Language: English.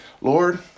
Lord